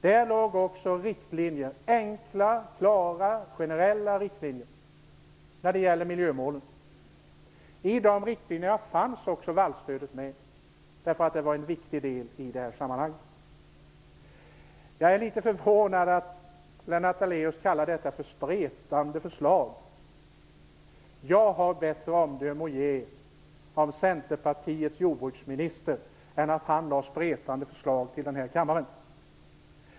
Där låg också riktlinjer - enkla, klara, generella riktlinjer - när det gällde miljömålen. I de riktlinjerna fanns också vallstödet med, därför att det var en viktig del i det här sammanhanget. Jag är litet förvånad över att Lennart Daléus kallar detta "spretande förslag". Jag har bättre omdöme att ge om Centerpartiets jordbruksminister än att han lade fram spretande förslag för den här kammaren.